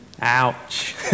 Ouch